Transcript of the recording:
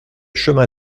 chemin